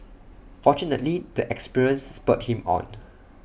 fortunately the experience spurred him on